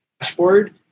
dashboard